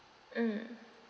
mm